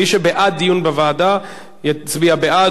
מי שבעד דיון בוועדה יצביע בעד,